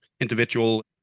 individual